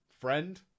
friend